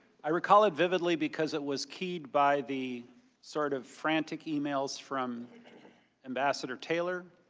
i recall it vividly because it was keyed by the sort of frantic emails from ambassador taylor.